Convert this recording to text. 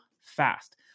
fast